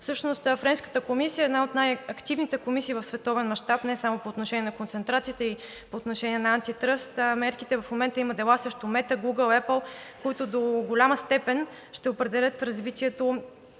Всъщност френската комисия е една от най-активните комисии в световен мащаб не само по отношение на концентрацията, а и по отношение на антитръст мерките. В момента има дела срещу Мета, Гугъл и Епъл, които до голяма степен ще определят развитието